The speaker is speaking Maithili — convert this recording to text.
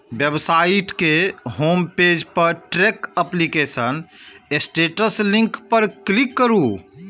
वेबसाइट के होम पेज पर ट्रैक एप्लीकेशन स्टेटस लिंक पर क्लिक करू